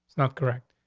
not correct.